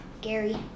Gary